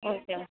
okay ma'am